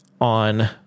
on